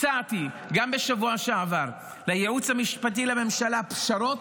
הצעתי גם בשבוע שעבר לייעוץ המשפטי לממשלה פשרות,